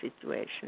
situation